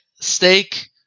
Steak